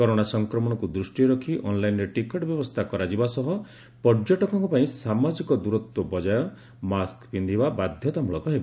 corona ସଂକ୍ରମଣକୁ ଦୂଷ୍ଟିରେ ରଖି ଅନ୍ଲାଇନ୍ରେ ଟିକଟ ବ୍ୟବସ୍ଷା କରାଯିବା ସହ ପର୍ଯ୍ୟଟକଙ୍କ ପାଇଁ ସାମାଜିକ ଦୂରତ୍ୱ ବଜାୟ ମାସ୍କ ପିନ୍ଧିବା ବାଧ୍ଧତାମୂଳକ ହେବ